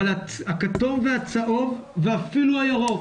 אבל הכתום והצהוב ואפילו הירוק